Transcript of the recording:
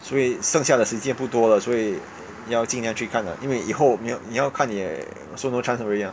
所以剩下的时间不多了所以要尽量去看了因为以后没有你要看你也 also no chance already ah